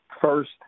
first